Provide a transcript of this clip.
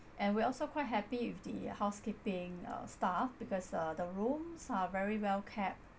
and we also quite happy with the housekeeping uh staff because uh the rooms are very well kept